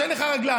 שאין לך רגליים.